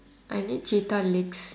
I need cheetah legs